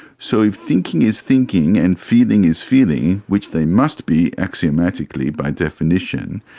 so if thinking is thinking and feeling is feeling, which they must be axiomatically by definition,